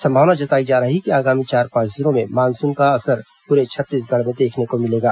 संभावना जताई जा रही है कि आगामी चार पांच दिनों में मानसून का असर पूरे छत्तीसगढ़ में देखने को मिलेगा